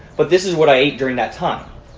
but this is what i ate during that time.